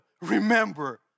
remember